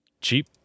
Cheap